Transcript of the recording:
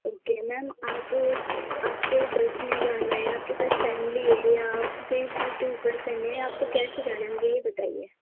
او کے میم آپ آپ کو بریک میں جانا ہے آپ کے ساتھ فیملی ہے یا آپ صرف ٹو پرسن ہیں آپ کو کیسے جانا ہے مجھے یہ بتائیے